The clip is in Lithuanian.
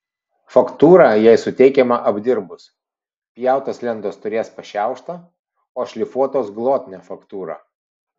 faktūra jai suteikiama apdirbus pjautos lentos turės pašiauštą o šlifuotos glotnią faktūrą